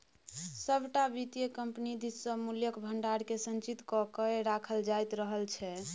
सभटा वित्तीय कम्पनी दिससँ मूल्यक भंडारकेँ संचित क कए राखल जाइत रहल छै